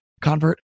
convert